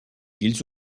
ils